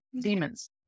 demons